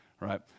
right